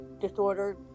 disorder